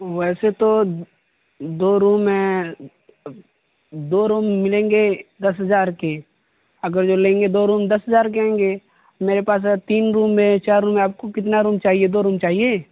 ویسے تو دو روم میں دو روم ملیں گے دس ہزار کے اگر جو لیں گے دو روم دس ہزار کے ہوں گے میرے پاس اگر تین روم ہے چار روم ہے آپ کو کتنا روم چاہیے دو روم چاہیے